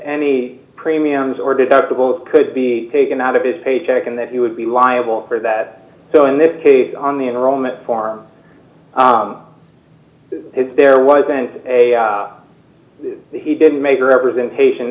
any premiums or deductible could be taken out of his paycheck and that he would be liable for that so in this case on the enrollment form there wasn't a d he didn't make a representation